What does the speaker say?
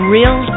Real